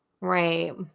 Right